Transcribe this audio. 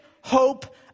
hope